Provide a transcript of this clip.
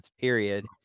period